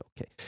okay